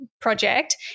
project